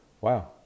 wow